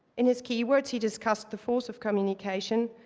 in his keywords, he discussed the force of communication.